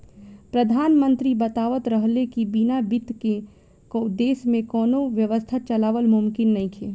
प्रधानमंत्री बतावत रहले की बिना बित्त के देश में कौनो व्यवस्था चलावल मुमकिन नइखे